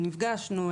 נפגשנו,